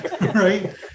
right